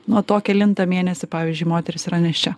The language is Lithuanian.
nuo to kelintą mėnesį pavyzdžiui moteris yra nėščia